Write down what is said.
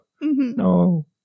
No